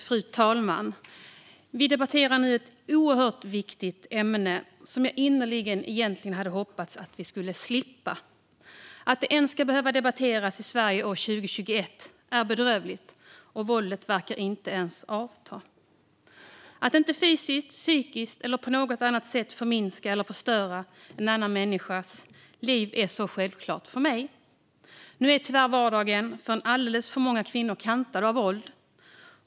Fru talman! Vi debatterar nu ett oerhört viktigt ämne. Jag önskar egentligen innerligt att vi hade sluppit göra det. Att det ens ska behöva debatteras i Sverige år 2021 är bedrövligt, och våldet verkar inte ens avta. Att inte fysiskt, psykiskt eller på något annat sätt förminska eller förstöra en annan människas liv är självklart för mig. Men tyvärr är vardagen för alldeles för många kvinnor kantad av våld.